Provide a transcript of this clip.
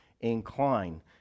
incline